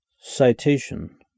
Citation